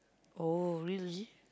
oh really